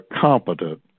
Competent